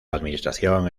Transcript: administración